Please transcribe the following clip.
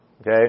Okay